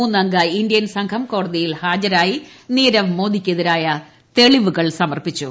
മൂന്നംഗ ഇന്ത്യൻ സംഘം കോടതിയിൽ ഹാജരായി നീരവ് മോഡിക്കെതിരായ തെളിവുകൾ സമർപ്പിച്ചു